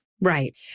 Right